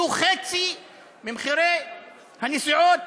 יהיו חצי ממחירי הנסיעות